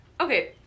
Okay